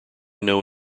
know